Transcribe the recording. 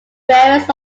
rarest